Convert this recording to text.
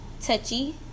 touchy